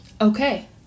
Okay